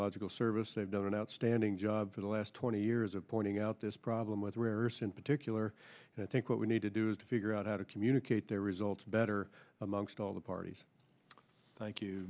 geological service they've done an outstanding job for the last twenty years of pointing out this problem with errors in particular i think what we need to do is to figure out how to communicate their results better amongst all the parties thank you